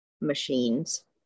machines